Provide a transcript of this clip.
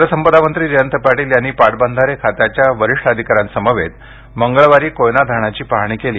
जलसंपदा मंत्री जयंत पाटील यांनी पाटबंधारे खात्याच्या वरिष्ठ अधिकाऱ्यां समवेत मंगळवारी कोयना धरणाची पाहणी केली